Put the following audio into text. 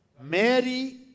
Mary